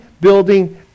building